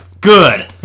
Good